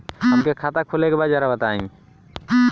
हमका खाता खोले के बा जरा बताई?